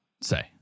say